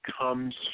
comes